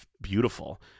beautiful